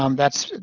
um that's